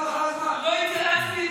איתך.